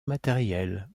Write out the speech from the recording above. matériel